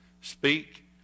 speak